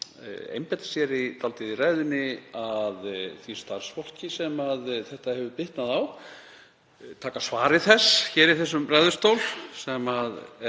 einbeita sér dálítið í ræðunni að því starfsfólki sem þetta hefur bitnað á, taka svari þess hér í þessum ræðustól sem